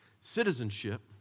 Citizenship